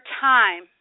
time